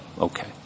Okay